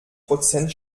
prozent